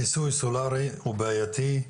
כיסוי סולארי הוא בעייתי.